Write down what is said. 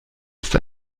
ist